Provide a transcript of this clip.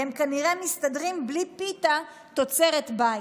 והם כנראה מסתדרים בלי פיתה 'תוצרת בית'